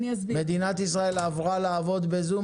מדינת ישראל עברה לעבוד בזום,